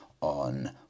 on